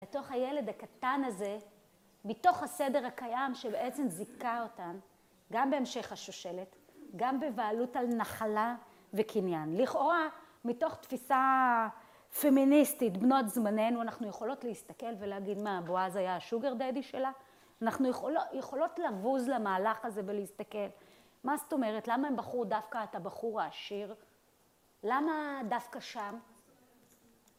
לתוך הילד הקטן הזה, מתוך הסדר הקיים שבעצם זיכה אותם, גם בהמשך השושלת, גם בבעלות על נחלה וקניין. לכאורה, מתוך תפיסה פמיניסטית, בנות זמננו, אנחנו יכולות להסתכל ולהגיד מה, בועז אז היה השוגר דדי שלה? אנחנו יכולות לבוז למהלך הזה ולהסתכל. מה זאת אומרת? למה הם בחרו דווקא את הבחור העשיר? למה דווקא שם?